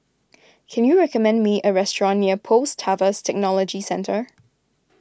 can you recommend me a restaurant near Post Harvest Technology Centre